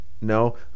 No